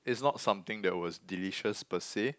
is not something that was delicious per se